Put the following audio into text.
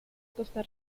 costa